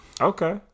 Okay